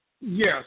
Yes